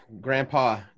Grandpa